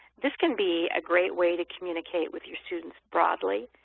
this can be a great way to communicate with your students broadly